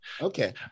Okay